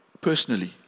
personally